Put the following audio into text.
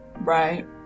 right